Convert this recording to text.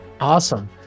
awesome